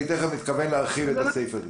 אני תכף מתכוון להרחיב את הסעיף הזה.